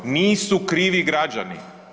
Nisu krivi građani.